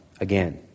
Again